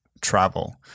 travel